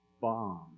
bomb